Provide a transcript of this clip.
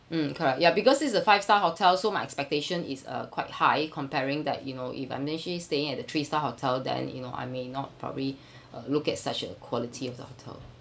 um correct ya because this is a five star hotel so my expectation is uh quite high comparing that you know if I'm staying at the three star hotel then you know I may not probably uh look at such a quality of the hotel